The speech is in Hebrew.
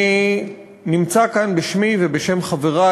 אני נמצא כאן בשמי ובשם חברי,